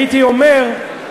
הייתי עונה: